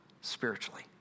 spiritually